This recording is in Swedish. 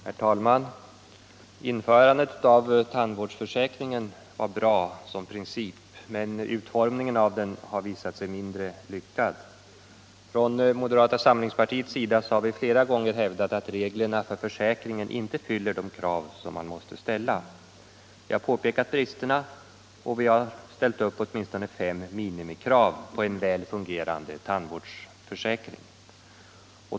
Herr talman! Införandet av tandvårdsförsäkringen var bra som princip, men utformningen har visat sig mindre lyckad. Från moderata samlingspartiets sida har vi flera gånger hävdat att reglerna för försäkringen inte fyller de krav som man måste ställa. Vi har pekat på bristerna och vi har ställt upp åtminstone fem minimikrav på en väl fungerande tandvårdsförsäkring.